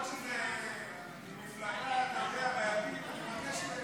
למרות שזה מאותה המפלגה, אני מבקש,